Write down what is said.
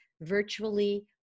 virtually